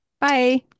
Bye